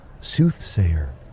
soothsayer